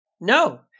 No